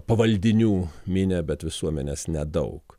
pavaldinių minią bet visuomenės nedaug